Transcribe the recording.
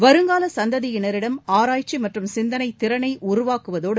வருங்காலசந்ததியினரிடம் ஆராய்ச்சிமற்றும் சிந்தனைதிறனைஉருவாக்குவதோடு